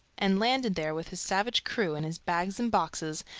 and landed there with his savage crew, and his bags and boxes,